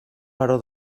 baró